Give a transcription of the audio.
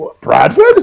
Bradford